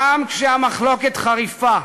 גם כשהמחלוקת חריפה,